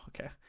Okay